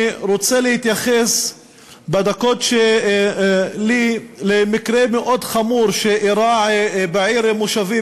אני רוצה להתייחס בדקות שלי למקרה מאוד חמור שאירע בעיר מושבי,